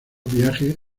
viajes